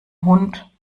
hund